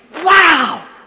wow